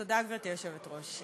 תודה, גברתי היושבת-ראש.